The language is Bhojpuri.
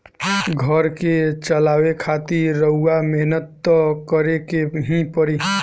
घर के चलावे खातिर रउआ मेहनत त करें के ही पड़ी